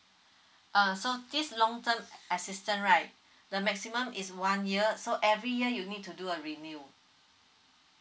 uh so this long term assistant right the maximum is one year so every year you need to do a renew